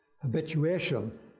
habituation